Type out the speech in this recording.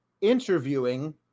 interviewing